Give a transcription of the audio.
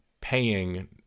paying